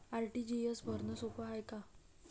RTGS भरनं सोप हाय का?